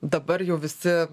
dabar jau visi